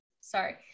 sorry